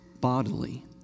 bodily